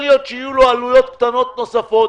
לא מדברים באמצע ההצבעה.